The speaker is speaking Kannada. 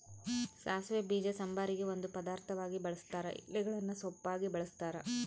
ಸಾಸಿವೆ ಬೀಜ ಸಾಂಬಾರಿಗೆ ಒಂದು ಪದಾರ್ಥವಾಗಿ ಬಳುಸ್ತಾರ ಎಲೆಗಳನ್ನು ಸೊಪ್ಪಾಗಿ ಬಳಸ್ತಾರ